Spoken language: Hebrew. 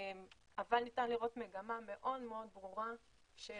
אבל ניתן לראות מגמה מאוד מאוד ברורה של